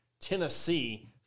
Tennessee